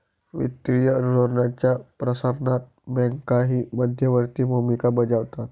वित्तीय धोरणाच्या प्रसारणात बँकाही मध्यवर्ती भूमिका बजावतात